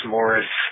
Morris